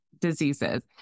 diseases